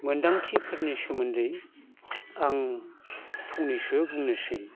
मोन्दांथिफोरनि सोमोन्दै आं फंनैसो बुंनोसै